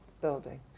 building